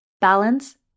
balance